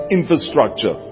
infrastructure